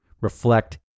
reflect